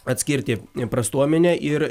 atskirti prastuomenę ir